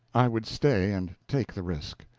i would stay and take the risk.